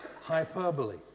hyperbole